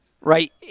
right